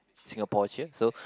Singapore cheer so